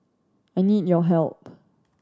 I need your help